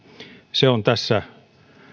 se on tässä